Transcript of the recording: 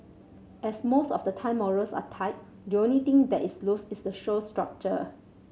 as most of the time morals are tight the only thing that is loose is the show's structure